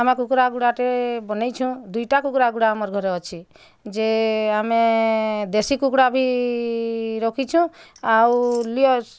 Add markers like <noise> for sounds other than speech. ଆମେ କୁକୁଡ଼ା ଗୁଡ଼ାଟେ ବନେଇଛୁଁ ଦୁଇଟା କୁକୁଡ଼ା ଗୁଡ଼ା ଆମର୍ ଘରେ ଅଛି ଯେ ଆମେ ଦେଶୀ କୁକୁଡ଼ା ବି ରଖିଛୁ ଆଉ <unintelligible>